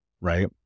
Right